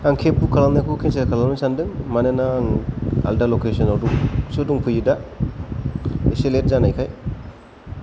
आं cab book खालामनायखौ cancel खालामनो सानदों मानोना आं आलदा लकेशनावसो दंफैयोदा एसे लेट जानायखाय